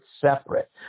separate